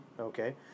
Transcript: okay